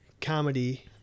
comedy